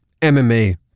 MMA